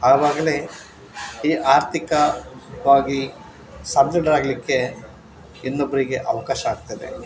ಅವಾಗ್ಲೇ ಈ ಆರ್ಥಿಕವಾಗಿ ಸದೃಢರಾಗಲಿಕ್ಕೆ ಇನ್ನೊಬ್ಬರಿಗೆ ಅವಕಾಶ ಆಗ್ತದೆ